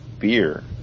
beer